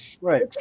Right